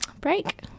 break